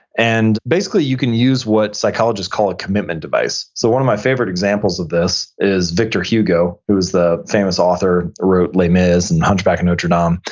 and basically you can use what psychologists call a commitment device. so one of my favorite examples of this is victor hugo who is the famous author who wrote les mis and hunchback of notre and um